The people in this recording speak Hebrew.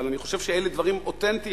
אבל אני חושב שאלה דברים אותנטיים,